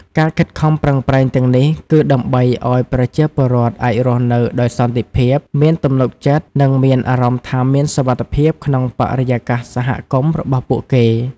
ការខិតខំប្រឹងប្រែងទាំងនេះគឺដើម្បីឲ្យប្រជាពលរដ្ឋអាចរស់នៅដោយសន្តិភាព មានទំនុកចិត្ត និងមានអារម្មណ៍ថាមានសុវត្ថិភាពក្នុងបរិយាកាសសហគមន៍របស់ពួកគេ។